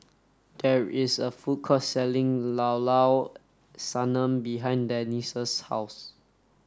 there is a food court selling Llao Llao Sanum behind Denise's house